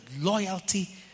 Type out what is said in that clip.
loyalty